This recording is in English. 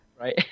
right